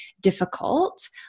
difficult